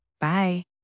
Bye